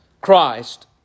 Christ